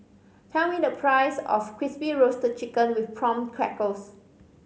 tell me the price of Crispy Roasted Chicken with Prawn Crackers